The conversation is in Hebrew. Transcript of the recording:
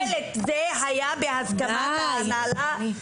אני שואלת: זה היה בהסכמת ההנהלה?